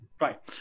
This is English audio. Right